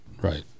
right